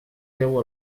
beu